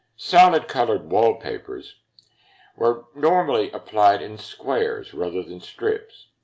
solid-colored wallpapers were normally applied in squares rather than strips.